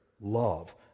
love